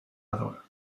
other